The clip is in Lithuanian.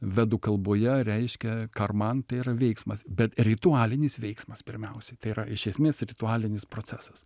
vedų kalboje reiškia karman tai yra veiksmas bet ritualinis veiksmas pirmiausiai tai yra iš esmės ritualinis procesas